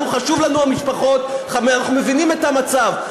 אנחנו, חשובות לנו המשפחות, אנחנו מבינים את המצב.